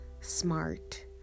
smart